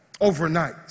overnight